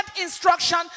instruction